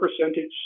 percentage